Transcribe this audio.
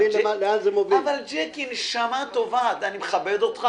אני מכבד אותך